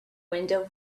window